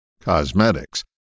Cosmetics